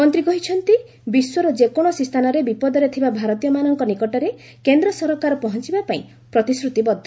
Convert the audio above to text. ମନ୍ତ୍ରୀ କହିଛନ୍ତି ବିଶ୍ୱର ଯେକୌଣସି ସ୍ଥାନରେ ବିପଦରେ ଥିବା ଭାରତୀୟମାନଙ୍କ ନିକଟରେ କେନ୍ଦ୍ର ସରକାର ପହଞ୍ଚିବା ପାଇଁ ପ୍ରତିଶ୍ରତିବଦ୍ଧ